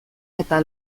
eta